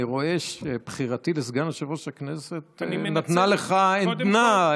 אני רואה שבחירתי לסגן יושב-ראש הכנסת נתנה לך עדנה,